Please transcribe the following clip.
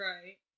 Right